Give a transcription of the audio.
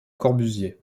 corbusier